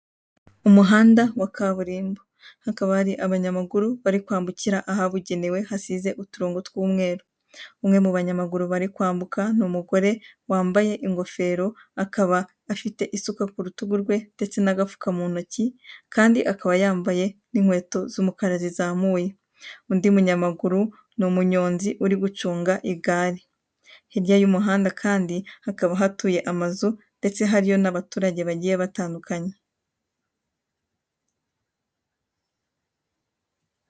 Umuhanda wa kaburimbo, hakaba hari abanyamaguru bari kwambukira ahabugenewe hasize uturongo tw'umweru. Umwe mu banyamaguru bari kwambuka ni umugore wambaye ingofero, akaba afite isuka ku rutugu rwe ndetse n'agafuka mu ntoki kandi akaba yambaye n'inkweto z'umukara zizamuye. Undi munyamaguru ni umunyonzi uri gucunga igare. Hirya y'umuhanda kandi hakaba hatuye amazu ndetse hariyo n'abaturage bagiye batandukanye.